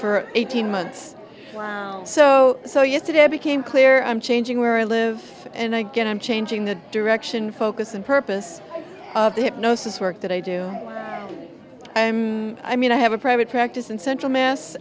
for eighteen months so so yesterday became clear i'm changing where i live and again i'm changing the direction focus and purpose of the hypnosis work that i do i'm i mean i have a private practice in central mess